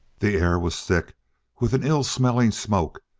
the air was thick with an ill-smelling smoke,